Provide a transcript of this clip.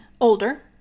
older